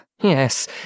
Yes